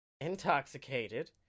intoxicated